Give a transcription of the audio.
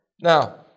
Now